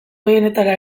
gehienetara